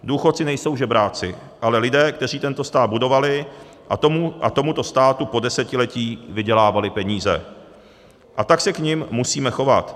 Důchodci nejsou žebráci, ale lidé, kteří tento stát budovali a tomuto státu po desetiletí vydělávali peníze, a tak se k nim musíme chovat.